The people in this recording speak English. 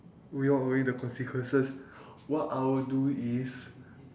without worry the consequences what I will do is